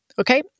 okay